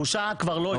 הבושה כבר לא אצלנו.